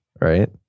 Right